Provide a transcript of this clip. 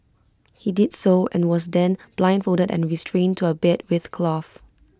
he did so and was then blindfolded and restrained to A bed with cloth